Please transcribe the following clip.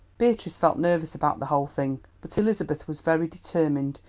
beatrice felt nervous about the whole thing, but elizabeth was very determined,